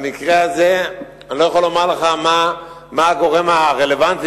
במקרה הזה אני לא יכול לומר לך מה הגורם הרלוונטי